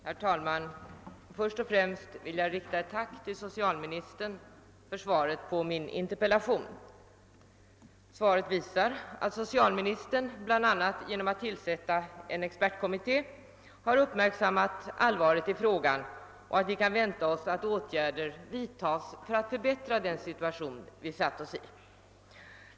Herr talman! Först och främst vill jag rikta ett tack till socialministern för svaret på min interpellation. Svaret visar att socialministern bl.a. genom att tillsätta en expertkommitté har uppmärksammat allvaret i frågan och att vi kan vänta oss att åtgärder kommer att vidtas för att förbättra den situation som vi försatt oss i.